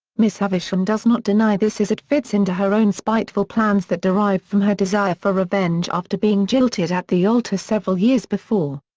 miss havisham does not deny this as it fits into her own spiteful plans that derive from her desire for revenge after being jilted at the altar several years before.